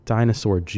Dinosaur